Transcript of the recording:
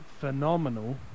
phenomenal